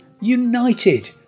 United